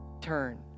Turn